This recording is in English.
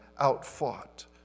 outfought